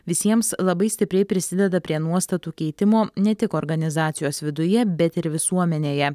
visiems labai stipriai prisideda prie nuostatų keitimo ne tik organizacijos viduje bet ir visuomenėje